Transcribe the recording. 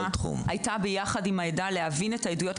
הייתה ביחד עם העדה כדי להבין את העדויות.